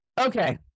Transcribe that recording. Okay